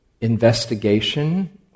Investigation